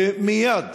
ומייד,